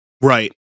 Right